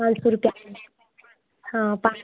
पाँच सौ रुपया हाँ पाँच